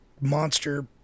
monster